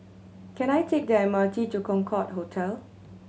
can I take the M R T to Concorde Hotel